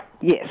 Yes